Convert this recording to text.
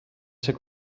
ser